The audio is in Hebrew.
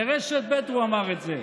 לרשת ב' הוא אמר את זה: